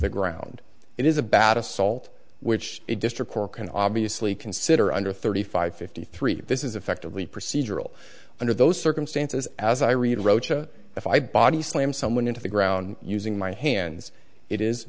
the ground it is a bad assault which a district court can obviously consider under thirty five fifty three this is effectively procedural under those circumstances as i read roach a if i body slam someone into the ground using my hands it is